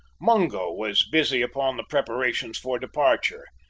mungo was busy upon the preparations for departure,